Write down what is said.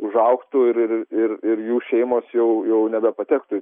užaugtų ir ir ir ir jų šeimos jau jau nebepatektų